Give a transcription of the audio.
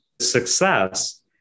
success